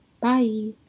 Bye